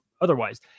otherwise